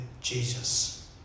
Jesus